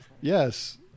Yes